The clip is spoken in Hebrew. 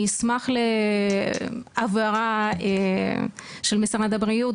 אני אשמח להבהרה של משרד הבריאות,